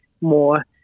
more